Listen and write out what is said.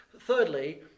Thirdly